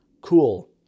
Cool